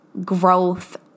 growth